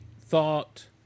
thought